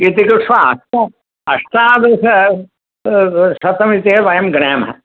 इति कृत्वा अष्ट अष्टा दश शतम् इत्येव वयं गणयामः